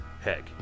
heck